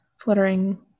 fluttering